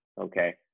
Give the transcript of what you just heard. Okay